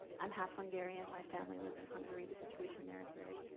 i'm half hungarian, my family lives in hungary. the situation there is very,